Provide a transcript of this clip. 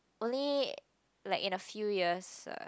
only like in a few years ah